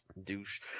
douche